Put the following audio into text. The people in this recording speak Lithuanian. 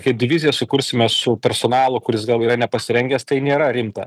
kaip diviziją sukursime su personalu kuris gal yra nepasirengęs tai nėra rimta